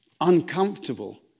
uncomfortable